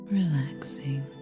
relaxing